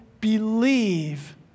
believe